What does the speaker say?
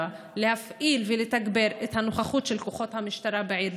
להפעיל ולתגבר את הנוכחות של כוחות המשטרה בעיר,